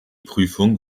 prüfung